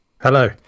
Hello